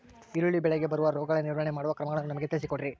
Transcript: ಈರುಳ್ಳಿ ಬೆಳೆಗೆ ಬರುವ ರೋಗಗಳ ನಿರ್ವಹಣೆ ಮಾಡುವ ಕ್ರಮಗಳನ್ನು ನಮಗೆ ತಿಳಿಸಿ ಕೊಡ್ರಿ?